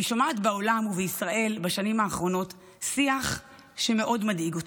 אני שומעת בעולם ובישראל בשנים האחרונות שיח שמאוד מדאיג אותי,